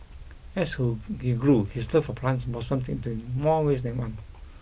as grew his love for plants blossomed to more ways than one